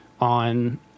on